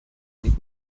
blieb